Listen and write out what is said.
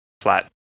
flat